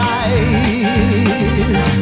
eyes